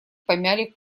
помяли